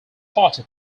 party